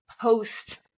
post